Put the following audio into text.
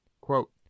Quote